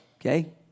Okay